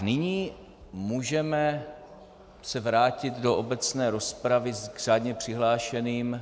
Nyní můžeme se vrátit do obecné rozpravy k řádně přihlášeným.